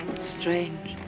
Strange